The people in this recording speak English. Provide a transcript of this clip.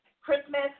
Christmas